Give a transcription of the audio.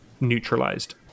neutralized